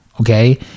okay